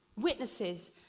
witnesses